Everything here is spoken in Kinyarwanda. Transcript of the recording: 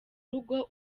rugo